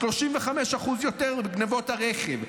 35% יותר גנבות רכב.